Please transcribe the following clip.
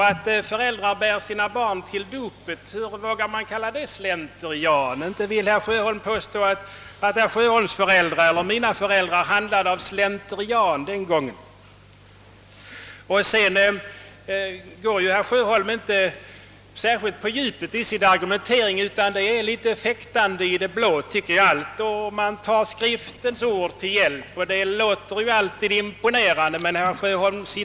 Att föräldrarna bär sina barn till dopet — vågar man kalla det slentrian? Inte vill väl herr Sjöholm påstå att herr Sjöholms föräldrar och mina föräldrar handlade av slentrian den gången de bar oss till dopet? Herr Sjöholm går inte särskilt mycket på djupet i sin argumentering. Det är litet fäktande i det blå, tycker jag. Visst låter det imponerande att ta Skriftens ord till hjälp, men citera rätt, herr Sjöholm!